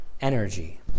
energy